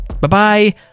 bye-bye